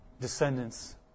descendants